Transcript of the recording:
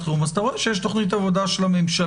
חירום אז אתה רואה שיש תוכנית עבודה של הממשלה,